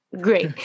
great